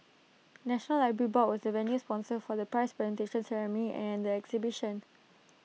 National Library board was the venue sponsor for the prize presentation ceremony and the exhibition